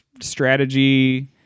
strategy